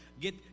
get